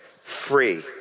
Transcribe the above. free